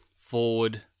forward